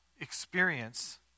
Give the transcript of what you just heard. experience